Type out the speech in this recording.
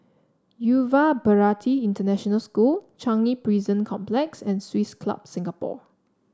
Yuva Bharati International School Changi Prison Complex and Swiss Club Singapore